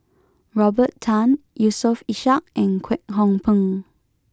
Robert Tan Yusof Ishak and Kwek Hong Png